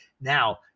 Now